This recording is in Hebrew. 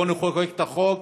בוא נחוקק את החוק,